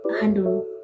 handle